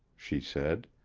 she said.